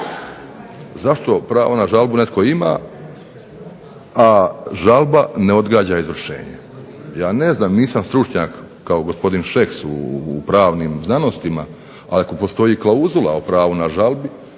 Zašto pravo na žalbu netko ima, a žalba ne odgađa izvršenje? Ja ne znam nisam stručnjak kao gospodin Šeks u pravnim znanostima, ali ako postoji klauzula o pravu na žalbu